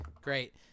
Great